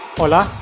hola